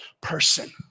person